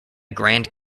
grand